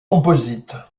composite